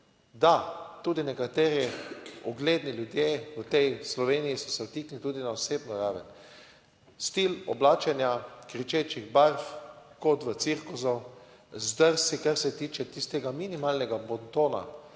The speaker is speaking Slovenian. Da, tudi nekateri ugledni ljudje v tej Sloveniji so se vtaknili tudi na osebno raven. Stil oblačenja kričečih barv, kot v cirkusu, zdrsi, kar se tiče tistega minimalnega bontona,